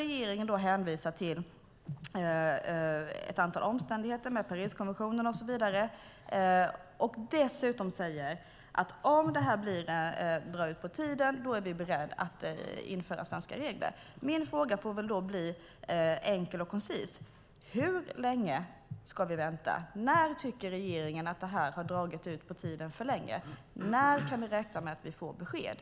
Regeringen hänvisar till ett antal omständigheter med Pariskonventionen och så vidare och säger dessutom att den om detta drar ut på tiden är beredd att införa svenska regler. Mina frågor får väl bli enkla och koncisa. Hur länge ska vi vänta? När tycker regeringen att detta har dragit ut för länge på tiden? När kan vi räkna med att vi får besked?